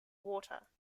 water